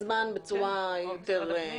זמן בצורה יותר --- או משרד הפנים?